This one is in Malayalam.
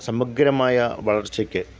സമഗ്രമായ വളര്ച്ചക്ക്